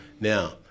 Now